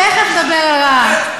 תכף נדבר על רהט.